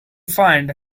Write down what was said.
find